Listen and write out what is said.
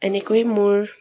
এনেকৈ মোৰ